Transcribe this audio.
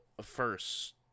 first